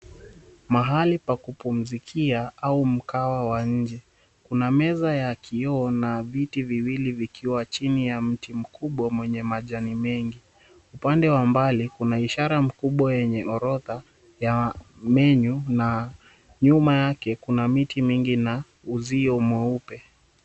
Mahali pa kupumzikia au mkawa wa nje. Kuna meza ya kioo na viti viwili vikiwa chini ya mti mkubwa mwenye majani mengi. Upande wa mbali kuna ishara mkubwa yenye orodha ya menu na nyuma yake kuna miti mingi na uzio mweupe.